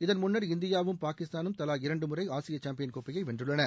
இதன் முன்னர் இந்தியாவும் பாகிஸ்தானும் தவா இரண்டு முறை ஆசிய சாம்பியன் கோப்பையை வென்றுள்ளன